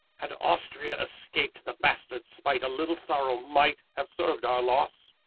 had austria escaped the bastard's spite a little sorrow might have served our loss.